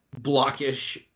blockish